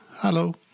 Hello